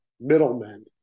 middlemen